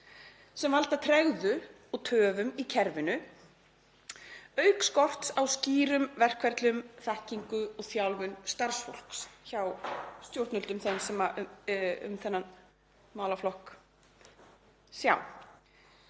sem veldur tregðu og töfum í kerfinu, auk skorts á skýrum verkferlum, þekkingu og þjálfun starfsfólks hjá stjórnvöldum sem sjá um þennan málaflokk. Það